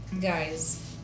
guys